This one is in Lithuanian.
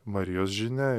marijos žinia